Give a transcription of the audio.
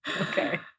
Okay